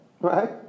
right